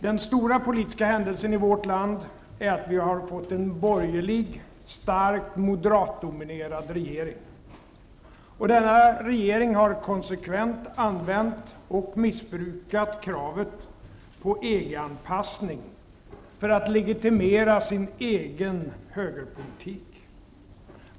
Den stora politiska händelsen i vårt land är att vi har fått en borgerlig, starkt moderatdominerad regering. Och denna regering har konsekvent använt och missbrukat kravet på EG-anpassing för att legitimera sin egen högerpolitik.